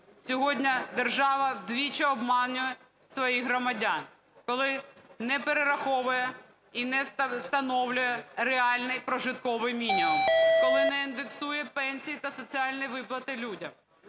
Сьогодні держава двічі обманює своїх громадян, коли не перераховує і не встановлює реальний прожитковий мінімум, коли не індексує пенсії та соціальні виплати людям,